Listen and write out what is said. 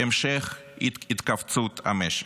המשך התכווצות המשק.